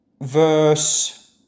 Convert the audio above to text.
verse